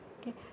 okay